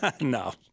No